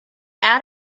out